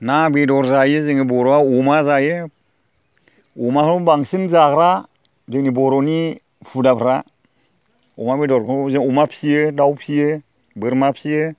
ना बेदर जायो जोङो बर'आ अमा जायो अमाखौनो बांसिन जाग्रा जोंनि बर'नि हुदाफ्रा अमा बेदरखौ जों अमा फियो दाउ फियो बोरमा फियो